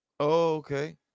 okay